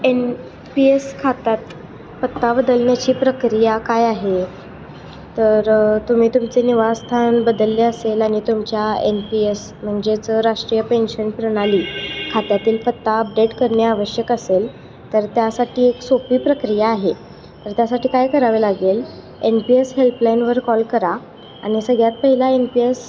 N P S खात्यात पत्ता बदलण्याची प्रक्रिया काय आहे तर तुम्ही तुमचे निवासस्थान बदलले असेल आणि तुमच्या एन पी एस म्हणजेच राष्ट्रीय पेन्शन प्रणाली खात्यातील पत्ता अपडेट करणे आवश्यक असेल तर त्यासाठी एक सोपी प्रक्रिया आहे तर त्यासाठी काय करावे लागेल एन पी एस हेल्पलाईनवर कॉल करा आणि सगळ्यात पहिला एन पी एस